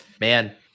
Man